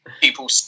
people